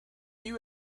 you